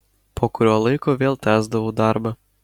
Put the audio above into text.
po kurio laiko vėl tęsdavau darbą